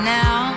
now